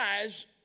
eyes